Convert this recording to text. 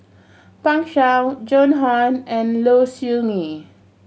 Pan Shou Joan Hon and Low Siew Nghee